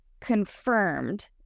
confirmed